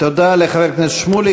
תודה לחבר הכנסת שמולי.